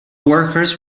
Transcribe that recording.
workers